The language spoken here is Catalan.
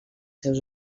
seus